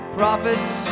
prophets